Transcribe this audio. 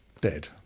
dead